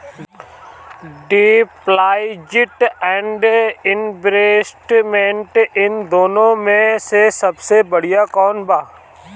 Deposit and investment इन दुनो मे से सबसे बड़िया कौन बा?